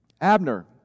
Abner